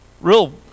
real